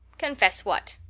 confess what?